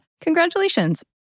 congratulations